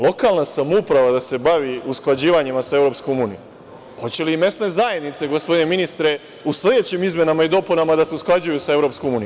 Lokalna samouprava da se bavi usklađivanjima sa EU, pa hoće li i mesne zajednice, gospodine ministre u sledećim izmenama i dopunama da se usklađuju sa EU?